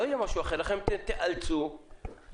לא יהיה משהו אחר, לכן תיאלצו -- אנחנו לא נגד.